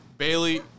Bailey